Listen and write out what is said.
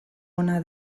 ona